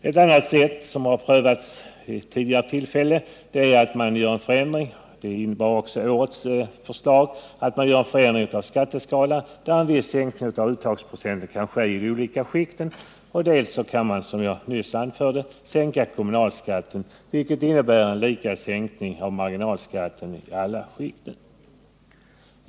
Ett annat sätt, som har prövats vid tidigare tillfällen, är att göra en förändring av skatteskalan — vilket också årets förslag innebär — där en viss sänkning av uttagsprocenten kan ske i de olika skikten. Dessutom kan man, som jag nyss anförde, sänka kommunalskatten, vilket innebär lika sänkning av marginalskatten i alla skikt.